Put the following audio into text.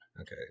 Okay